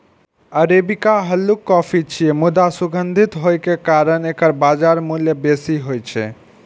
arabica हल्लुक coffee छियै, मुदा सुगंधित होइ के कारण एकर बाजार मूल्य बेसी होइ छै